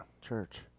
church